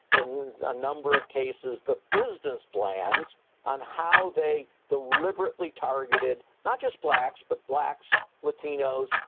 in a number of cases, the business plans on how they deliberately targeted not just blacks, but blacks, latinos,